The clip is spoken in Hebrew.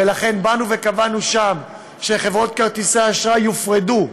ולכן באנו וקבענו שם שחברות כרטיסי האשראי יופרדו,